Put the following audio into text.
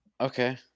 Okay